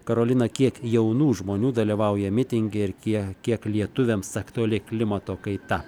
karolina kiek jaunų žmonių dalyvauja mitinge ir kiek kiek lietuviams aktuali klimato kaita